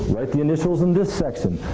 write the initials in this section.